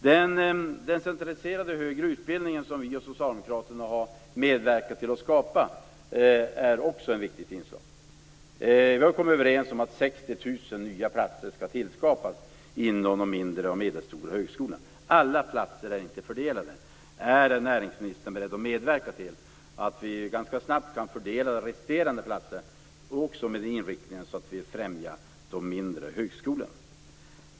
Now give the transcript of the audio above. Den centraliserade högre utbildning som vi och socialdemokraterna har medverkat till att skapa är också ett viktigt inslag. Vi har kommit överens om att 60 000 nya platser skall tillskapas inom de mindre och medelstora högskolorna. Alla platser är inte fördelade. Är näringsministern beredd att medverka till att vi ganska snabbt kan fördela resterande platser med ambitionen att främja de mindre högskolorna?